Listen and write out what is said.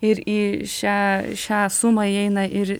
ir į šią šią sumą įeina ir